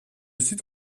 sud